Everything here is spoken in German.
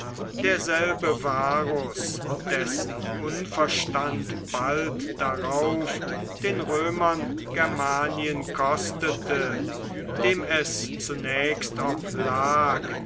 derselbe varus dessen unverstand bald darauf den römern germanien kostete dem es zunächst oblag